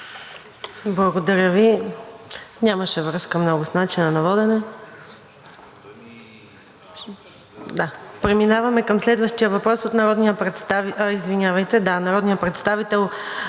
Благодаря Ви. Нямаше връзка много с начина на водене. Преминаваме към следващия въпрос от народния представител